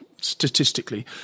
statistically